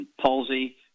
palsy